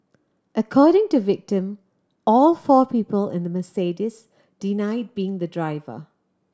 according to victim all four people in the Mercedes denied being the driver